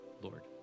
Lord